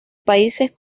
países